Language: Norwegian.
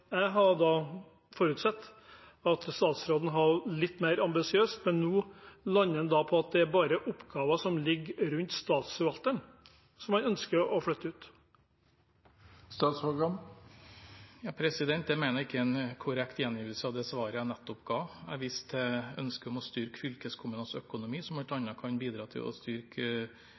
at han nå lander på at det bare er oppgaver som ligger rundt statsforvalteren, han ønsker å flytte ut. Det mener jeg ikke er en korrekt gjengivelse av det svaret jeg nettopp ga. Jeg viste til ønsket om å styrke fylkeskommunenes økonomi, som bl.a. kan bidra til å styrke